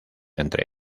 entre